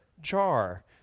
jar